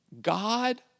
God